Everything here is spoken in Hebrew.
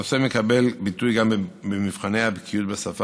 הנושא מקבל ביטוי גם במבחני הבקיאות בשפה